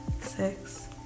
six